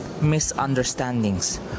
misunderstandings